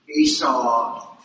Esau